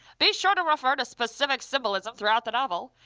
be sure to refer to specific symbolism throughout the novel,